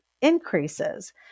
increases